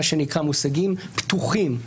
מה שנקרא "מושגים פתוחים",